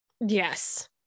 Yes